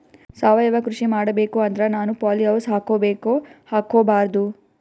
ಸಾವಯವ ಕೃಷಿ ಮಾಡಬೇಕು ಅಂದ್ರ ನಾನು ಪಾಲಿಹೌಸ್ ಹಾಕೋಬೇಕೊ ಹಾಕ್ಕೋಬಾರ್ದು?